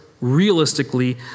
realistically